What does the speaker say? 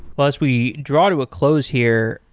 as we draw to a close here,